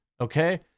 Okay